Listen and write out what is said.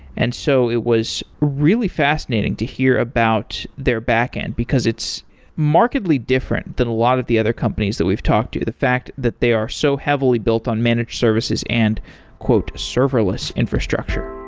and so it was really fascinating to hear about their backend, because it's marketably different than a lot of the other companies that we've talked to, the fact that they are so heavily built on managed services and serveless infrastructure